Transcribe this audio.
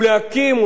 ולדאוג לכך,